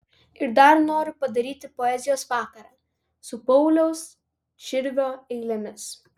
ir dar noriu padaryti poezijos vakarą su pauliaus širvio eilėmis